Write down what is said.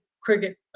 cricket